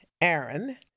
Aaron